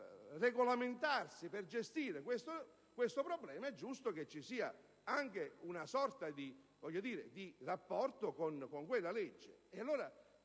per regolamentarsi, per gestire questo problema, è giusto che ci sia una sorta di rapporto con quella legge.